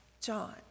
John